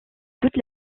toute